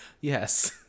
yes